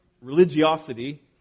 religiosity